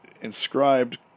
inscribed